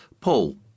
Paul